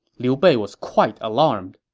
liu bei was quite alarmed.